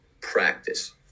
practice